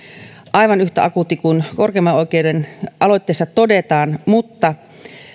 aivan yhtä akuutti kuin korkeimman oikeuden aloitteessa todetaan